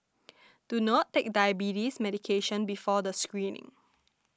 do not take diabetes medication before the screening